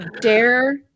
dare